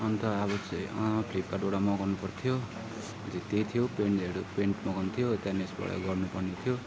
अन्त अब चाहिँ फ्लिपकार्टबाट मगाउनु पर्थ्यो अन्त त्यही थियो प्यान्टहरू प्यान्ट मगाउनुपर्ने थियो त्यहाँनिरबाट गर्नुपर्ने थियो